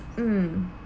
mm